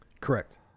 Correct